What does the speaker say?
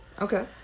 Okay